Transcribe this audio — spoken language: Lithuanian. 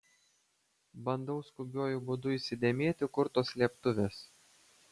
bandau skubiuoju būdu įsidėmėti kur tos slėptuvės